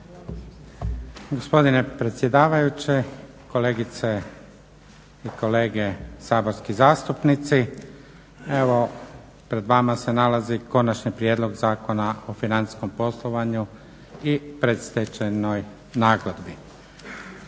Gospodine predsjedavajući, kolegice i kolege saborski zastupnici. Evo pred vama se nalazi Konačni prijedlog Zakona o financijskom poslovanju i predstečajnoj nagodbi.